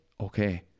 okay